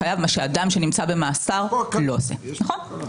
אדם שנמצא במאסר לא עושה כן.